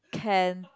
can